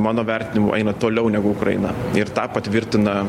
mano vertinimu eina toliau negu ukraina ir tą patvirtina